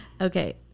Okay